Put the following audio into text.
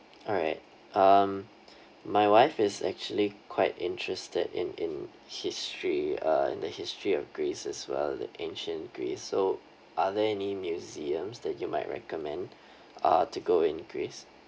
alright um my wife is actually quite interested in in history uh in the history of greece as well the ancient greece so are there any museums that you might recommend uh to go in greece